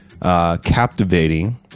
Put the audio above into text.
Captivating